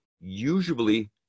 usually